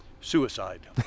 suicide